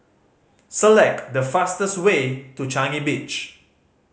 select the fastest way to Changi Beach